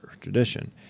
tradition